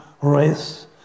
race